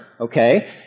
Okay